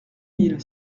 mille